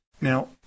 Now